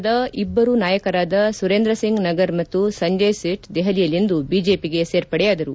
ಸಮಾಜವಾದಿ ಪಕ್ಷದ ಇಬ್ಬರು ನಾಯಕರಾದ ಸುರೇಂದ್ರ ಸಿಂಗ್ ನಗರ್ ಮತ್ತು ಸಂಜಯ್ ಸೇತ್ ದೆಹಲಿಯಲ್ಲಿಂದು ಬಿಜೆಪಿಗೆ ಸೇರ್ಪಡೆಯಾದರು